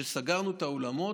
כשסגרנו את האולמות,